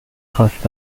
خواست